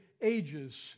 ages